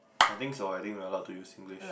I think so I think we are allowed to use Singlish